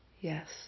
Yes